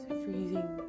freezing